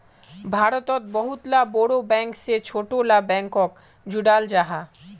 भारतोत बहुत ला बोड़ो बैंक से छोटो ला बैंकोक जोड़ाल जाहा